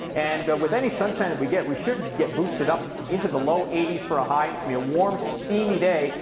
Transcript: and with any sunshine that we get, we should get boosted up into the low eighty s for a high and a warm steamy day.